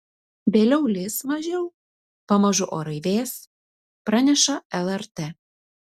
vėliau lis mažiau pamažu orai vės praneša lrt